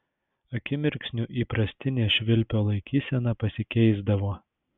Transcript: akimirksniu įprastinė švilpio laikysena pasikeisdavo